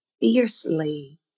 fiercely